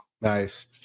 nice